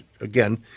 Again